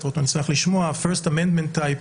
רוטמן ישמח לשמוע first amendment type,